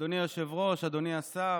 אדוני היושב-ראש, אדוני השר.